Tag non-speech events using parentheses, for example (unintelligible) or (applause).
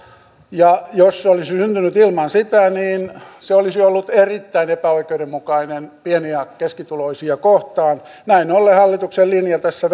ja jos se olisi syntynyt ilman sitä niin se olisi ollut erittäin epäoikeudenmukainen pieni ja keskituloisia kohtaan näin ollen hallituksen linja tässä (unintelligible)